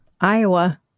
Iowa